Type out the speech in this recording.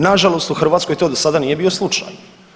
Nažalost, u Hrvatskoj to do sada nije bio slučaj.